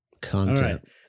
content